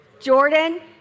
Jordan